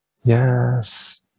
Yes